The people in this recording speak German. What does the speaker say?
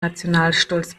nationalstolz